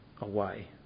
away